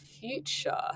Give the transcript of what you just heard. future